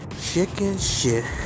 chicken-shit